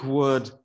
word